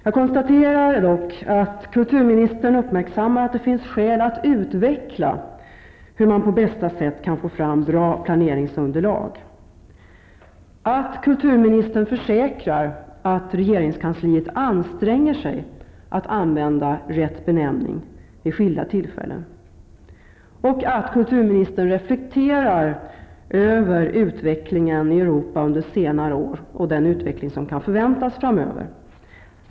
Jag konstaterar dock att kulturministern uppmärksammar att det finns skäl att utveckla hur man på bästa sätt kan få fram bra planeringsunderlag: att kulturministern försäkrar att regeringskansliet anstränger sig att använda rätt benämning vid skilda tillfällen och att kulturministern reflekterar över utvecklingen i Europa under senare år och den utveckling som kan förväntas framöver.